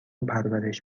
پرورش